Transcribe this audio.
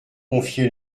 confié